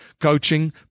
coaching